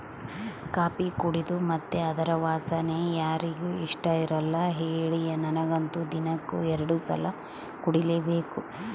coffee ಕುಡೇದು ಮತ್ತೆ ಅದರ ವಾಸನೆ ಯಾರಿಗೆ ಇಷ್ಟಇರಲ್ಲ ಹೇಳಿ ನನಗಂತೂ ದಿನಕ್ಕ ಎರಡು ಸಲ ಕುಡಿಲೇಬೇಕು